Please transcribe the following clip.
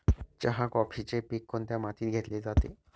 चहा, कॉफीचे पीक कोणत्या मातीत घेतले जाते?